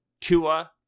Tua